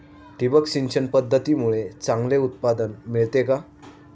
ठिबक सिंचन पद्धतीमुळे चांगले उत्पादन मिळते का?